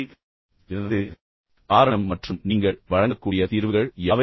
எனவே அதுவே காரணம் மற்றும் நீங்கள் வழங்கக்கூடிய தீர்வுகள் யாவை